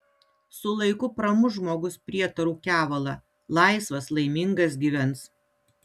su laiku pramuš žmogus prietarų kevalą laisvas laimingas gyvens